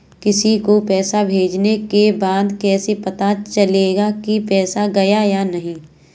किसी को पैसे भेजने के बाद कैसे पता चलेगा कि पैसे गए या नहीं?